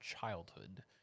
childhood